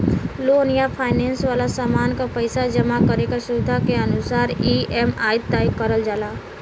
loan या finance वाला सामान क पइसा जमा करे क सुविधा के अनुसार ई.एम.आई तय करल जाला